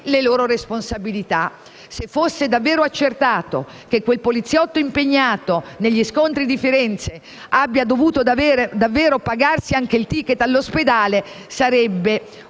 le loro responsabilità. Se fosse accertato che quel poliziotto impegnato negli scontri di Firenze abbia davvero dovuto pagarsi il *ticket* all'ospedale sarebbe